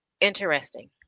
interesting